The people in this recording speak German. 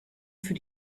für